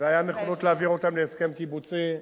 והיתה נכונות להעביר אותם להסכם קיבוצי,